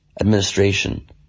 Administration